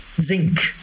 zinc